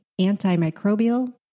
antimicrobial